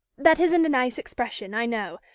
that isn't a nice expression, i know,